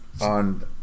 on